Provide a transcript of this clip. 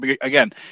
again